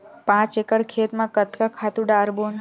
पांच एकड़ खेत म कतका खातु डारबोन?